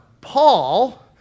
Paul